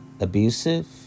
abusive